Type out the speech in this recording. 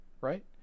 Right